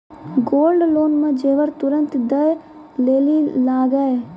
Gold loan मे जेबर तुरंत दै लेली लागेया?